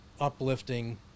uplifting